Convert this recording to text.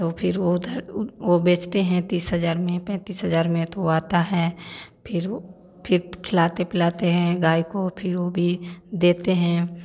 तो फिर वो उधर वो बेचते हैं तीस हज़ार में पैंतीस हज़ार में तो आता है फिर वो फिर खिलाते पिलाते हैं गाय को फिर वो भी देते हैं